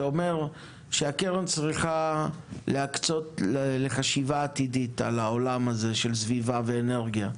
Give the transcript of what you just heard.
שאומר שהקרן צריכה להקצות לחשיבה עתידית על העולם הזה של סביבה ואנרגיה,